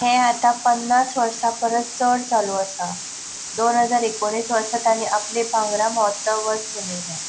हें आतां पन्नास वर्सां परस चड चालू आसा दोन हजार एकोणीस वर्सा तांणी आपलें भांगरा महोत्सव वर्स मनयलें